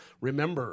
Remember